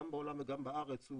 גם בעולם וגם בארץ,